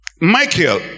Michael